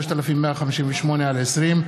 פ/3158/20,